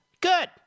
Good